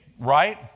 Right